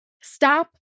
Stop